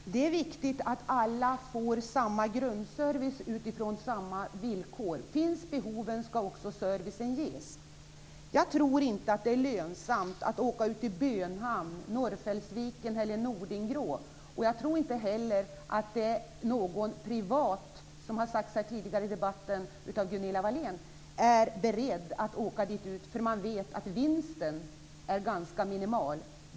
Herr talman! Det är viktigt att alla får samma grundservice utifrån samma villkor. Finns behoven skall också servicen ges. Jag tror inte att det är lönsamt att åka ut till Bönhamn, Norrfällsviken eller Nordingrå. Jag tror inte heller, som Gunilla Wahlén har sagt här tidigare i debatten, att man privat är beredd att åka dit eftersom man vet att vinsten är ganska minimal.